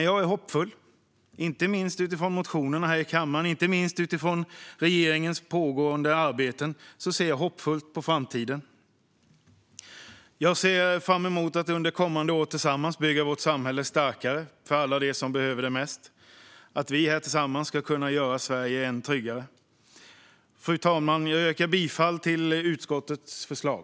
Jag är hoppfull och ser hoppfullt på framtiden, inte minst utifrån motionerna här i kammaren och utifrån regeringens pågående arbeten. Jag ser fram emot att under kommande år tillsammans bygga vårt samhälle starkare för alla dem som behöver det mest och att vi här tillsammans ska kunna göra Sverige ännu tryggare. Fru talman! Jag yrkar bifall till utskottets förslag.